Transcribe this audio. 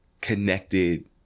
connected